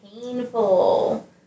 painful